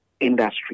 industry